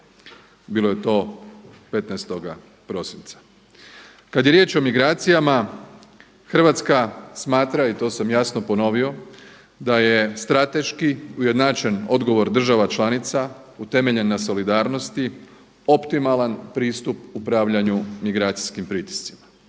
bilo je to 15. prosinca. Kada je riječ o migracijama Hrvatska smatra i to sam jasno ponovio da je strateški ujednačen odgovor država članica utemeljen na solidarnosti optimalan pristup upravljanju migracijskim pritiscima.